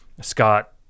Scott